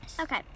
okay